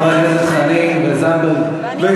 חברי הכנסת חנין וזנדברג, תנו לו לדבר בבקשה.